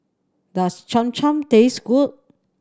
does Cham Cham taste good